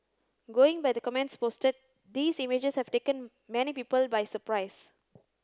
going by the comments posted these images have taken many people by surprise